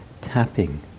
tapping